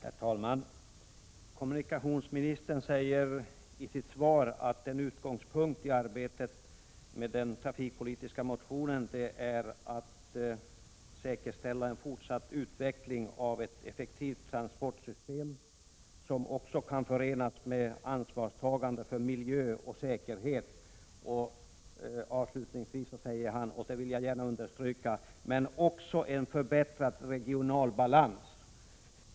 Herr talman! Kommunikationsministern säger i sitt svar att en utgångspunkt i arbetet med den trafikpolitiska propositionen är ”att säkerställa en fortsatt utveckling av ett effektivt transportsystem — ett transportsystem som också kan förenas med ansvarstagande för miljö och säkerhet och” — det vill jag gärna understryka — ”med en förbättrad regional balans”.